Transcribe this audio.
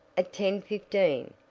at ten fifteen,